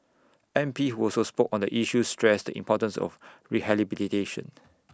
M P who also spoke on the issue stressed the importance of rehabilitation